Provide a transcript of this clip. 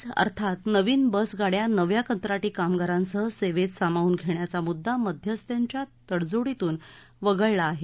weight lease अर्थात नवीन बसगाड्या नव्या कंत्राटी कामगारांसह सेवेत सामावून घेण्याचा मुद्दा मध्यस्थांच्या तडजोडीतून वगळला आहे